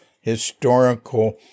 historical